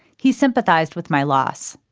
he sympathized with my loss.